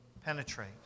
penetrate